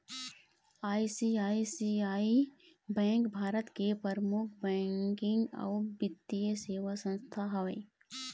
ICICI bank Bharat के परमुख banking अउ बित्तीय सेवा संस्थान हवय